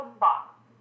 box